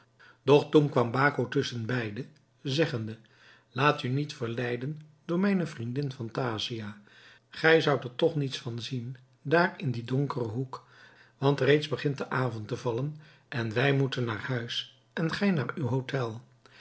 doch toen kwam baco tusschen beide zeggende laat u niet verleiden door mijne vriendin phantasia gij zoudt er toch niets van zien daar in dien donkeren hoek want reeds begint de avond te vallen en wij moeten naar huis en gij naar uw hotel